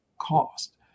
cost